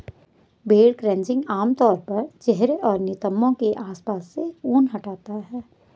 भेड़ क्रचिंग आम तौर पर चेहरे और नितंबों के आसपास से ऊन हटाना है